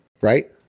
right